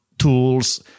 tools